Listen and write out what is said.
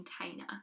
container